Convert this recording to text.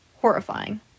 horrifying